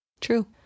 True